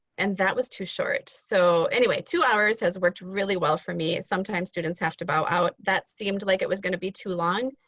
and that was too short. so anyway, two hours has worked really well for me. sometimes students have to bow out. that seemed like it was gonna be too long.